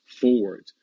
forward